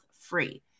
free